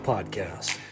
Podcast